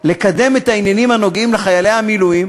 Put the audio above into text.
לקדם את העניינים הנוגעים לחיילי המילואים,